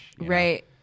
right